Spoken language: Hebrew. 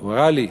הוא הראה לי,